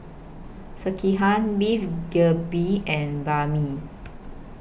Sekihan Beef Galbi and Banh MI